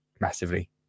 Massively